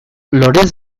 lorez